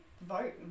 vote